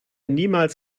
niemals